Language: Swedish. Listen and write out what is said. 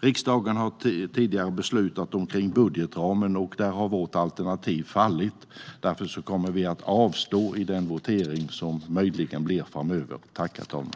riksdagen tidigare har beslutat om budgetramen, och där har vårt alternativ fallit. Därför kommer vi att avstå i den votering som möjligen blir av framöver.